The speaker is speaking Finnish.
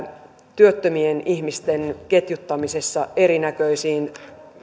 työttömien ihmisten ketjuttamisessa erinäköisiin